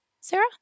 Sarah